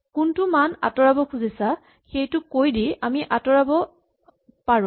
কোনটো মান আঁতৰাব খুজিছো সেইটো কৈ দি আমি আঁতৰাব পাৰো